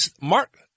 Mark